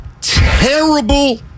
terrible